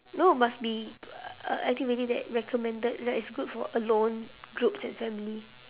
no must be a activity that recommended that is good for alone groups and family